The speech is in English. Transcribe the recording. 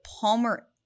Palmer